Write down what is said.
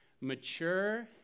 mature